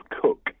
cook